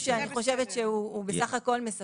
מתקשרים ומישהו כנראה לא ידע.